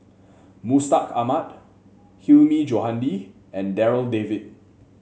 Mustaq Ahmad Hilmi Johandi and Darryl David